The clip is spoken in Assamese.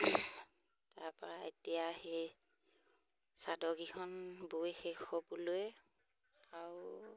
তাৰ পৰা এতিয়া সেই চাদৰকেইখন বৈ শেষ হ'বলৈ আৰু